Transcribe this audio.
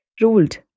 ruled